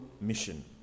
mission